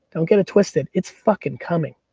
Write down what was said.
don't get it twisted, it's fucking coming.